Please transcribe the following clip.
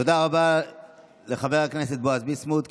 תודה רבה לחבר הכנסת בועז ביסמוט.